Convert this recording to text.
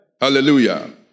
Hallelujah